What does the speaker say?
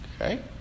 Okay